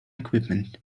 equipment